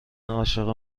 عاشق